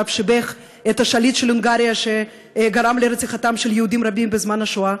שאף שיבח את השליט של הונגריה שגרם לרציחתם של יהודים רבים בזמן השואה,